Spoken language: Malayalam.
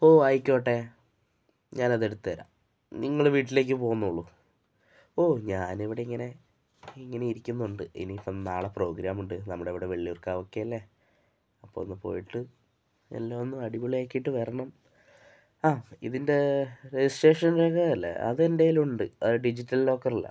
ഓ ആയ്ക്കോട്ടെ ഞാനതെടുത്തുതരാം നിങ്ങള് വീട്ടിലേക്കു പോന്നോളു ഓ ഞാനിവിടെയിങ്ങനെ ഇങ്ങനെ ഇരിക്കുന്നുണ്ട് ഇനിയിപ്പോള് നാളെ പ്രോഗ്രാമുണ്ട് നമ്മളുടെയവിടെ വള്ളിയൂർക്കാവൊക്കെയില്ലേ അപ്പോഴൊന്നു പോയിട്ട് എല്ലാമൊന്ന് അടിപൊളിയാക്കിയിട്ടു വരണം ആ ഇതിൻ്റെ രജിസ്ട്രേഷൻ രേഖയല്ലേ അത് എന്റെ കയ്യിലുണ്ട് അത് ഡിജിറ്റൽ ലോക്കറിലാണ്